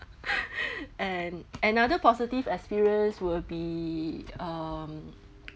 and another positive experience will be um